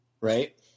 right